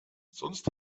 sonst